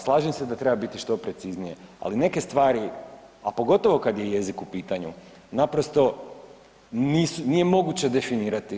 Slažem se da treba biti što preciznije, ali neke stvari, a pogotovo kad je jezik u pitanju naprosto nije moguće definirati.